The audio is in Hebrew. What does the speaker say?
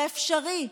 זה אפשרי.